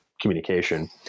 communication